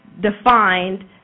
defined